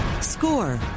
Score